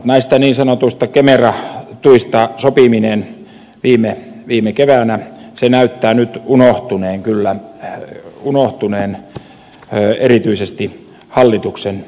näistä niin sanotuista kemera tuista sopiminen viime keväänä näyttää nyt unohtuneen kyllä erityisesti hallituksen piirissä